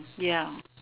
ya